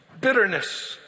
bitterness